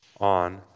on